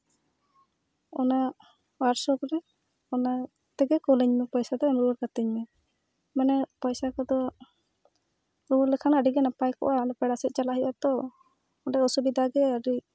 ᱚᱱᱟ ᱦᱳᱣᱟᱴᱥᱚᱯ ᱨᱮ ᱚᱱᱟᱛᱮᱜᱮ ᱠᱳᱞᱟᱧ ᱢᱮ ᱯᱚᱭᱥᱟ ᱫᱚ ᱮᱢ ᱨᱩᱣᱟᱹᱲ ᱠᱟᱹᱛᱤᱧ ᱢᱮ ᱢᱟᱱᱮ ᱯᱚᱭᱥᱟ ᱠᱚᱫᱚ ᱨᱩᱣᱟᱹᱲ ᱞᱮᱠᱷᱟᱱ ᱟᱹᱰᱤ ᱜᱮ ᱱᱟᱯᱟᱭ ᱠᱚᱜᱼᱟ ᱟᱞᱮ ᱯᱮᱲᱟ ᱥᱮᱫ ᱪᱟᱞᱟᱜ ᱦᱩᱭᱩᱜᱼᱟᱛᱚ ᱚᱸᱰᱮ ᱚᱥᱩᱵᱤᱫᱷᱟ ᱜᱮᱭᱟ ᱟᱹᱰᱤ